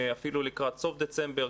אפילו לקראת סוף דצמבר,